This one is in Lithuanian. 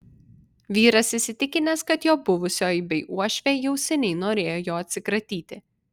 vyras įsitikinęs kad jo buvusioji bei uošvė jau seniau norėjo jo atsikratyti